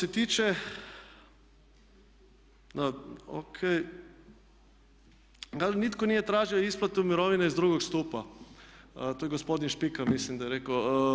Kaže nitko nije tražio isplatu mirovine iz drugog stupa, to je gospodin Špika mislim da je rekao.